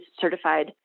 certified